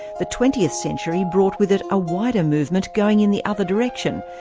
the twentieth century brought with it a wider movement going in the other direction,